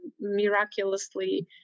miraculously